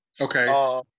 Okay